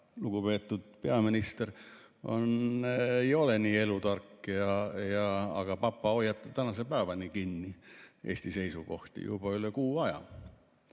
lugupeetud peaminister, ei ole nii elutark, aga papa hoiab tänase päevani kinni Eesti seisukohti, juba üle kuu aja.